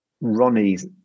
Ronnie's